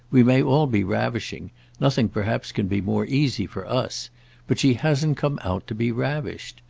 we may all be ravishing nothing perhaps can be more easy for us but she hasn't come out to be ravished.